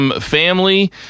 Family